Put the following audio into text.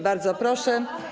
Bardzo proszę.